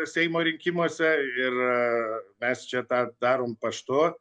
seimo rinkimuose ir mes čia tą darom paštu